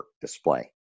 display